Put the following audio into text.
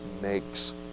makes